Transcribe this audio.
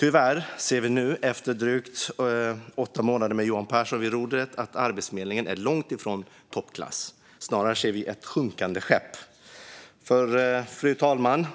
Efter drygt åtta månader med Johan Pehrson vid rodret ser vi tyvärr att Arbetsförmedlingen är långt ifrån toppklass. Snarare ser vi ett sjunkande skepp. Fru talman!